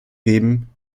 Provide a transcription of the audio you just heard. geben